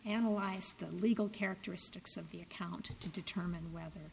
analyze the legal characteristics of the account to determine whether